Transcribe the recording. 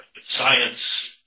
science